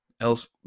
else